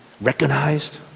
recognized